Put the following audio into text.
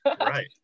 right